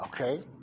okay